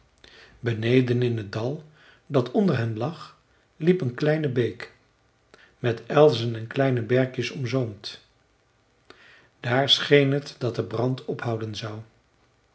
beneden in het dal dat onder hen lag liep een kleine beek met elzen en kleine berkjes omzoomd daar scheen het dat de brand ophouden zou